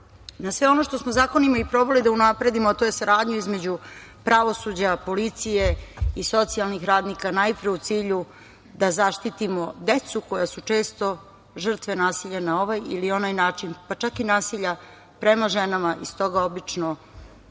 na sve ono što smo zakonima i probali da unapredimo, a to je saradnja između pravosuđa, policije i socijalnih radnika, najpre u cilju da zaštitimo decu koja su često žrtve nasilja na ovaj ili onaj način, pa čak i nasilja prema ženama i stoga obično